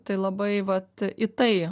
tai labai vat į tai